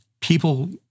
people